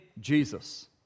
Jesus